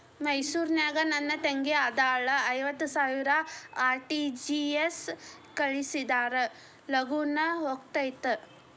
ಮೈಸೂರ್ ನಾಗ ನನ್ ತಂಗಿ ಅದಾಳ ಐವತ್ ಸಾವಿರ ಆರ್.ಟಿ.ಜಿ.ಎಸ್ ಕಳ್ಸಿದ್ರಾ ಲಗೂನ ಹೋಗತೈತ?